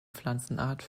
pflanzenart